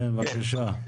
בבקשה.